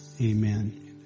Amen